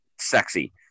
Sexy